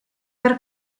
per